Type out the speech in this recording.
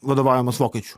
vadovaujamas vokiečių